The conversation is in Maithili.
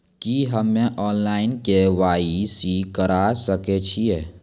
की हम्मे ऑनलाइन, के.वाई.सी करा सकैत छी?